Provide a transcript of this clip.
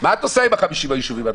מה את עושה עם 50 הישובים הנותרים?